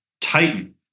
tighten